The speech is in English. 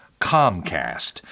Comcast